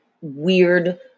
weird